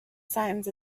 signs